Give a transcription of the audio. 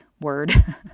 word